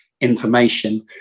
information